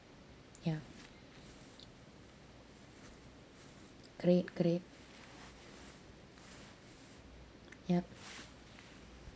ya great great ya